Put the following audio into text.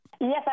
Yes